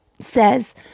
says